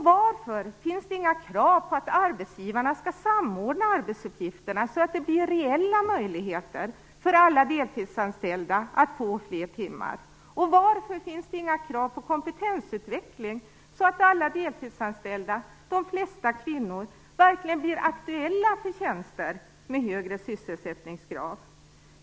Varför finns det inga krav på att arbetsgivarna skall samordna arbetsuppgifterna så att det blir reella möjligheter för alla deltidsanställda att få fler timmar? Och varför finns det inga krav på kompetensutveckling så att alla deltidsanställda, av vilka de flesta är kvinnor, verkligen blir aktuella för tjänster med högre sysselsättningsgrad?